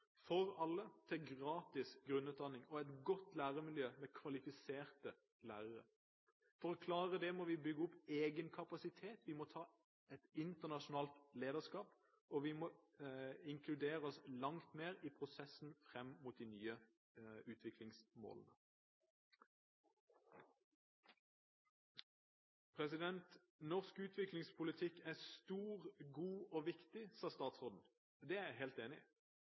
for alle til gratis grunnutdanning og et godt læremiljø med kvalifiserte lærere. For å klare det må vi bygge opp egen kapasitet, vi må ta et internasjonalt lederskap, og vi må inkludere oss langt mer i prosessen frem mot de nye utviklingsmålene. Norsk utviklingsinnsats er stor, god og viktig, sa statsråden. Det er jeg helt enig i.